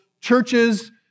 churches